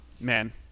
Man